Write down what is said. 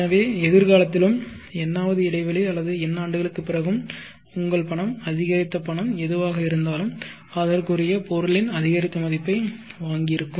எனவே எதிர்காலத்திலும் n வது இடைவெளி அல்லது n ஆண்டுகளுக்குப் பிறகும் உங்கள் பணம் அதிகரித்த பணம் எதுவாக இருந்தாலும் அதற்குரிய பொருளின் அதிகரித்த மதிப்பை வாங்கியிருக்கும்